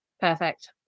Perfect